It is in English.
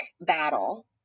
battle